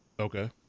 Okay